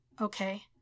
okay